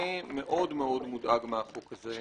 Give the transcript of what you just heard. אני מאוד מודאג מהחוק הזה,